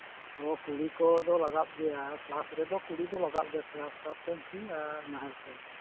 ᱦᱚᱸ ᱠᱩᱰᱤ ᱠᱚᱫᱚ ᱞᱟᱜᱟᱜ ᱜᱮᱭᱟ ᱪᱟᱥ ᱨᱮᱫᱚ ᱠᱩᱰᱤ ᱫᱚ ᱞᱟᱜᱟᱜ ᱜᱮᱭᱟ ᱴᱨᱟᱠᱴᱟᱨ ᱛᱟᱢ ᱥᱤ ᱟᱨ ᱱᱟᱦᱮᱞ ᱛᱮᱢ ᱥᱤ